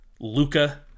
Luca